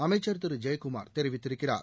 அமைச்சர் திரு ஜெயக்குமார் தெரிவித்திருக்கிறார்